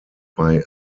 bei